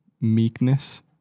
meekness